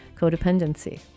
codependency